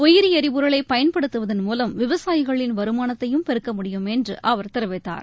உயிரி எரிபொருளை பயன்படுத்துவதன் மூலம் விவசாயிகளின் வருமானத்தையும் பெருக்க முடியும் என்று அவர் தெரிவித்தார்